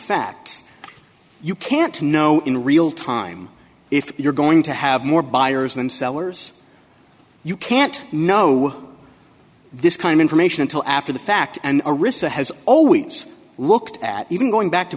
facts you can't to know in real time if you're going to have more buyers than sellers you can't know this kind information until after the fact and a recess has always looked at even going back to